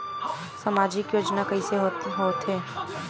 सामजिक योजना कइसे होथे?